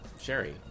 sherry